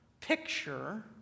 picture